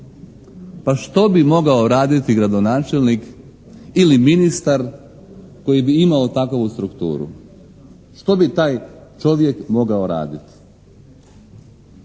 Pa što bi mogao raditi gradonačelnik ili ministar koji bi imao takovu strukturu? Što bi taj čovjek mogao raditi?